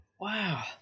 Wow